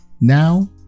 now